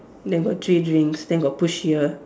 then got three drinks then got push here